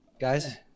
guys